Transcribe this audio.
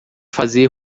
fazer